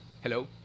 Hello